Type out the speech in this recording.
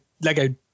Lego